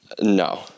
No